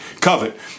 covet